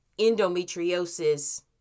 endometriosis